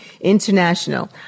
International